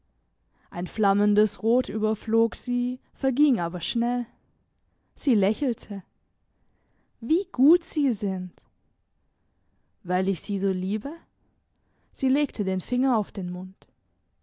ein flammendes rot überflog sie verging aber schnell sie lächelte wie gut sie sind weil ich sie so liebe sie legte den finger auf den mund